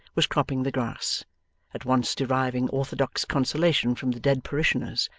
was cropping the grass at once deriving orthodox consolation from the dead parishioners,